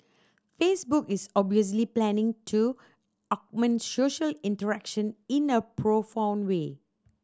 Facebook is obviously planning to augment social interaction in a profound way